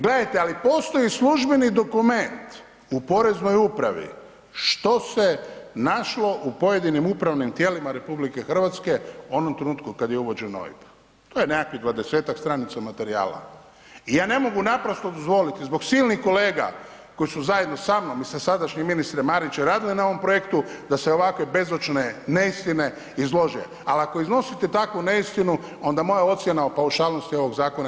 Gledajte, ali postoji službeni dokument u poreznoj upravi što se našlo u pojedinim upravnim tijelima RH u onom trenutku kad je uvođen OIB, to je nekakvih 20-tak stranica materijala i ja ne mogu naprosto dozvoliti zbog silnih kolega koji su zajedno sa mnom i sa sadašnjim ministrom Marićem radili na ovom projektu, da se ovakve bezočne neistine izlože, al ako iznosite takvu neistinu, onda moja ocjena o paušalnosti ovog zakona je nažalost istinita.